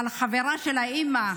אבל חברה של האימא,